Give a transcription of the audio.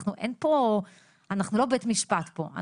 אנחנו, אין פה, אנחנו לא בית המשפט פה.